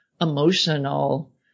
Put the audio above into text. emotional